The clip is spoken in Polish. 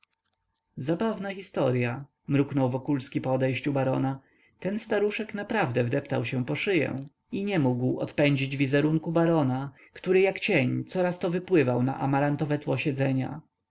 zabawna historya mruknął wokulski po odejściu barona ten staruszek naprawdę wdeptał się po szyję i nie mógł odpędzić wizerunku barona który jak cień coraz to wypływał na amarantowe tło siedzenia